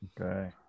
okay